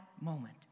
moment